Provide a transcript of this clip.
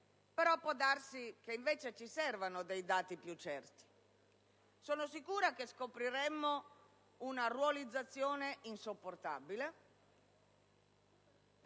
però può darsi che ci servano dei dati più certi. Sono sicura che scopriremmo una ruolizzazione insopportabile;